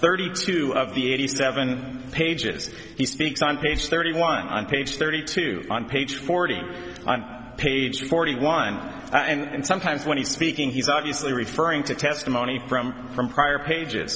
thirty two of the eighty seven pages he speaks on page thirty one on page thirty two on page forty on page forty one and sometimes when he's speaking he's obviously referring to testimony from prior pages